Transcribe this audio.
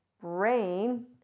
brain